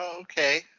okay